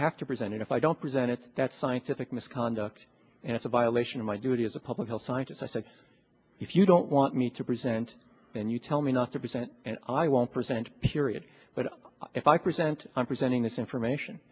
have to present it if i don't present it's that scientific misconduct and it's a violation of my duty as a public health scientists i said if you don't want me to present and you tell me not to present and i won't present period but if i present i'm presenting this information